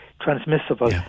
transmissible